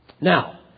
Now